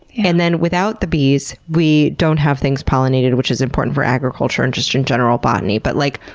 and then without the bees we don't have things pollinated which is important for agriculture and just in general botany. but like,